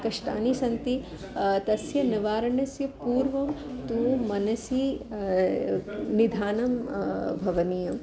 कष्टानि सन्ति तस्य निवारणस्य पूर्वं तु मनसि निदानं भवनीयम्